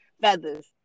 feathers